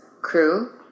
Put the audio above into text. crew